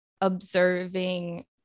observing